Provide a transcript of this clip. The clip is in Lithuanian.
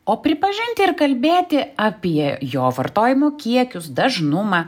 o pripažinti ir kalbėti apie jo vartojimo kiekius dažnumą